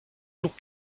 tours